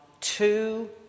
two